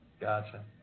Gotcha